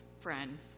friends